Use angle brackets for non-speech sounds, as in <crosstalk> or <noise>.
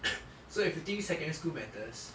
<coughs> so if you think secondary school matters